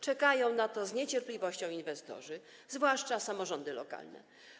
Czekają na to z niecierpliwością inwestorzy, zwłaszcza samorządy lokalne.